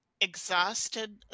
exhausted